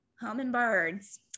hummingbirds